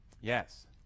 yes